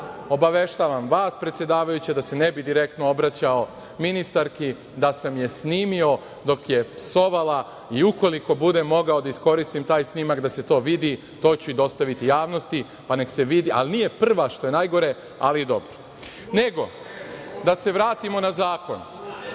jutra. Obaveštavam vas, predsedavajuća, da se ne bih direktno obraćao ministarki, da sam je snimio dok je psovala i ukoliko budem mogao da iskoristim taj snimak da se to vidi, to ću i dostaviti javnosti, pa nek se vidi, ali nije prva, što je najgore, ali dobro. Nego, da se vratimo na zakon.